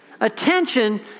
Attention